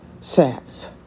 says